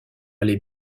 allait